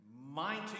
Mighty